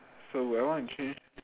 so will I want to change